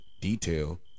detail